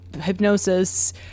hypnosis